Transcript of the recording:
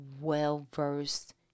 well-versed